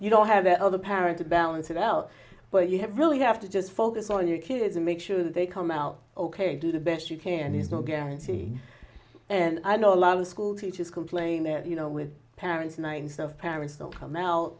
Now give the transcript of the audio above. you don't have the other parent to balance it out where you have really have to just focus on your kids make sure that they come out ok do the best you can is not guarantee and i know a lot of school teachers complain that you know with parents nine stuff parents don't come out